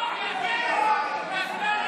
תוציאו את שניהם.